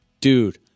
Dude